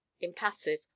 impassive